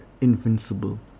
invincible